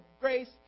grace